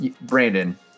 Brandon